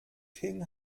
king